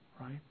Right